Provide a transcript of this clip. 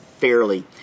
fairly